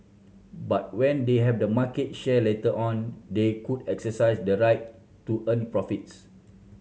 but when they have the market share later on they could exercise the right to earn profits